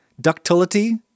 ductility